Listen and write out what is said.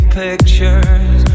pictures